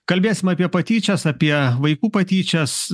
kalbėsim apie patyčias apie vaikų patyčias